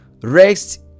Rest